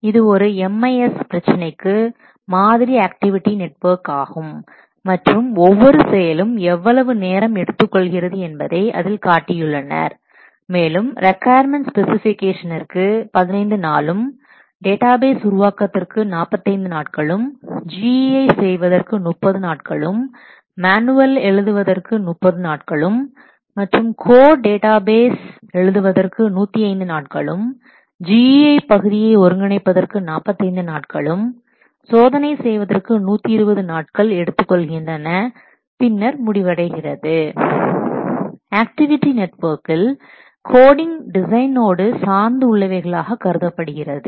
இது ஒரு MIS பிரச்சனைக்கு மாதிரி ஆக்டிவிட்டி நெட்வொர்க் ஆகும் மற்றும் ஒவ்வொரு செயலும் எவ்வளவு நேரம் எடுத்துக் கொள்கிறது என்பதை அதில் காட்டியுள்ளனர் மேலும் ரிக்கொயர்மென்ட் ஸ்பெசிஃபிகேஷனிற்கு 15 நாளும் டேட்டாபேஸ் உருவாக்குவதற்கு 45 நாட்களும் GUI செய்வதற்கு 30 நாட்களும் மேனுவல் எழுதுவதற்கு 30 நாட்களும் மற்றும் கோட் டேட்டாபேஸ் எழுதுவதற்கு 105 நாட்களும் GUI பகுதியை ஒருங்கிணைப்பதற்கு 45 நாட்களும் சோதனை செய்வதற்கு 120 நாட்கள் எடுத்துக்கொள்கின்றன பின்னர் முடிவடைகிறது ஆக்டிவிட்டி நெட்வொர்க்கில் கோடிங் டிசைனோடு சார்ந்து உள்ளவைகளாக கருதப்படுகிறது